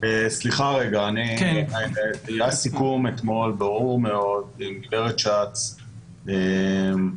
היה סיכום ברור מאוד עם גברת שץ אתמול,